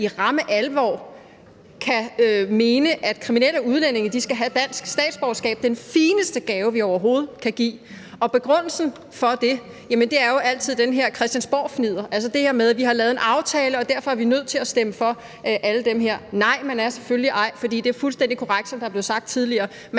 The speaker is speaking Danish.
i ramme alvor kan mene, at kriminelle udlændinge skal have dansk statsborgerskab, den fineste gave, vi overhovedet kan give. Og begrundelsen for det er jo altid den her christiansborgfnidder, altså det her med, at vi har lavet en aftale, og at vi derfor er nødt til at stemme for alle dem her. Nej, det er man selvfølgelig ikke. For det er fuldstændig korrekt, som der er blevet sagt tidligere: